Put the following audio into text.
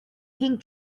pink